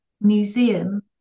museum